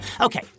Okay